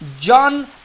John